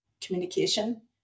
communication